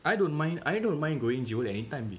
I don't mind I don't mind going jewel anytime babe